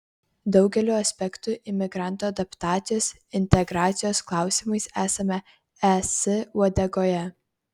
daugeliu aspektų imigrantų adaptacijos integracijos klausimais esame es uodegoje